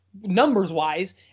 numbers-wise